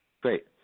Great